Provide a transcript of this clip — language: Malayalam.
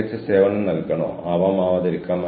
നിങ്ങൾക്ക് തിരികെ ഫോക്കസ് ചെയ്യാം